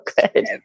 good